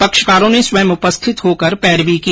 पक्षकारों ने स्वयं उपस्थित होकर पैरवी को